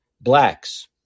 blacks